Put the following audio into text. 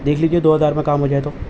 دیکھ لیجیے دوہزار میں کام ہوجائے تو